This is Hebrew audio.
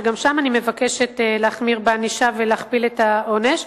שגם שם אני מבקשת להחמיר בענישה ולהכפיל את העונש.